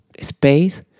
space